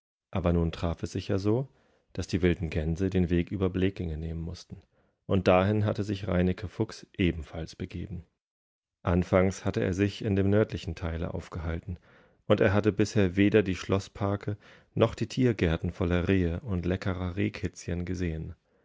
aber nun traf es sich ja so daß die wilden gänse den weg über blekinge nehmen mußten und dahin hatte sich reineke fuchs ebenfalls begeben anfangs hatte er sich in dem nördlichen teil aufgehalten und er hatte bisher weder die schloßparke noch die tiergärten voller rehe und leckererrehkitzchengesehen